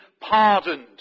pardoned